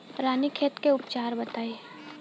रानीखेत के उपचार बताई?